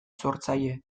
sortzaile